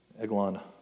Eglon